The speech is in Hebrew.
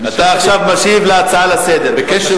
אתה עכשיו משיב על הצעה לסדר-היום.